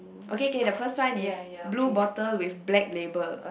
okay okay the first one is blue bottle with black label